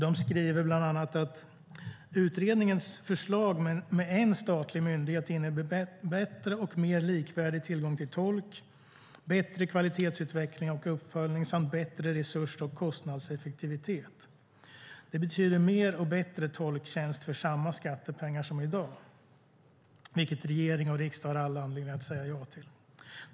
De skrev bland annat: "Utredningens förslag med en statlig myndighet, innebär bättre och mer likvärdig tillgång till tolk, bättre kvalitetsutveckling och uppföljning samt bättre resurs och kostnadseffektivitet. Det betyder mer och bättre tolktjänst för samma skattepengar som idag, vilket regering och riksdag har all anledning att säga ja till.